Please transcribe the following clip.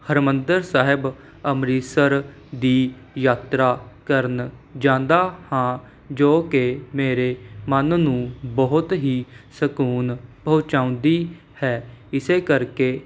ਹਰਿਮੰਦਰ ਸਾਹਿਬ ਅੰਮ੍ਰਿਤਸਰ ਦੀ ਯਾਤਰਾ ਕਰਨ ਜਾਂਦਾ ਹਾਂ ਜੋ ਕਿ ਮੇਰੇ ਮਨ ਨੂੰ ਬਹੁਤ ਹੀ ਸਕੂਨ ਪਹੁੰਚਾਉਂਦੀ ਹੈ ਇਸ ਕਰਕੇ